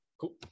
Cool